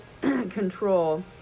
control